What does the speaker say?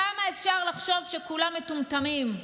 כמה אפשר לחשוב שכולם מטומטמים?